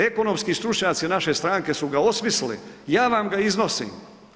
Ekonomski stručnjaci naše stranke su ga osmislili, ja vam ga iznosim.